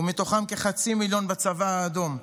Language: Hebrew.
ומתוכם כחצי מיליון בצבא האדום,